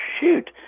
shoot